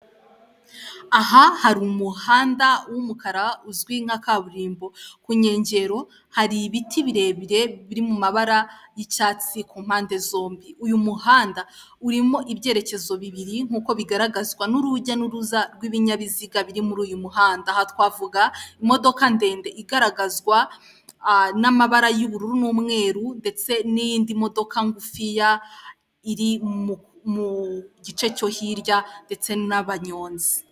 Aha hari umuhanda w'umukara uzwi nka kaburimbo, ku nkengero hari ibiti birebire biri mu mabara y'icyatsi ku mpande zombi, uyu muhanda urimo ibyerekezo bibiri nkuko bigaragazwa n'urujya n' uruza rw' ibinyabiziga biri muri uyu muhanda aha twavuga imodoka ndende igaragazwa n'amabara y'ubururu n'umweru ndetse n'indi modoka ngufiya iri mu gice cyo hirya ndetse n'abanyonzi.